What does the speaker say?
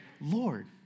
Lord